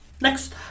Next